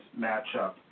matchup